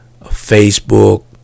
Facebook